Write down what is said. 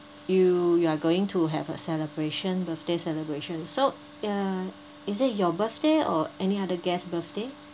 you you are going to have a celebration birthday celebration so ya is it your birthday or any other guests birthday